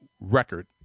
record